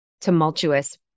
tumultuous